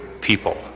people